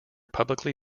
publicly